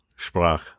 Sprach